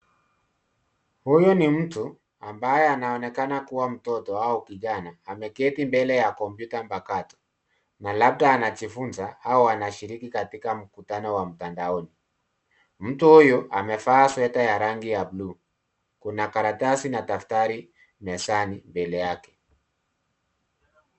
Huyu ni mtu ambaye anaonekana kuwa mtoto au kijana, ameketi mbele ya komputa mpakato na labda anajifunza au anashirika katika mkutano wa mtandaoni. Mtu huyu amevaa sweta ya rangi ya bluu. Kuna karatasi na daftari mezani mbele yake.